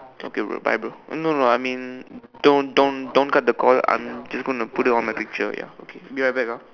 okay bro bye bro no no I mean don't don't don't cut the call I'm just going to put it on my picture be right back ah